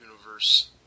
universe